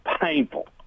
painful